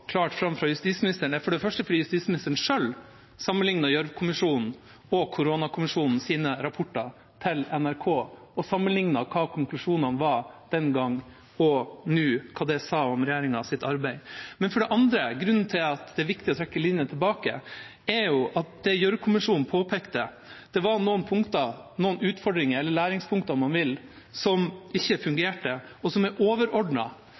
klart fram fra justisministeren, er for det første at justisministeren selv til NRK sammenlignet Gjørv-kommisjonen og koronakommisjonens rapporter til NRK – hva konklusjonene var den gangen og nå, og hva det sa om regjeringens arbeid. For det andre: Grunnen til at det er viktig å trekke linjene tilbake, er at Gjørv-kommisjonen påpekte at det var noen punkter, noen utfordringer, eller læringspunkter, om man vil, som ikke fungerte, og som er